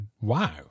Wow